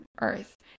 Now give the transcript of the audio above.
Earth